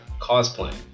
cosplaying